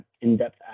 in-depth